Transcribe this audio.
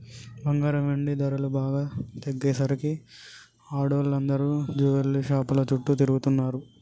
బంగారం, వెండి ధరలు బాగా తగ్గేసరికి ఆడోళ్ళందరూ జువెల్లరీ షాపుల చుట్టూ తిరుగుతున్నరు